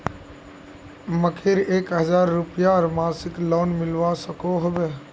मकईर एक हजार रूपयार मासिक लोन मिलवा सकोहो होबे?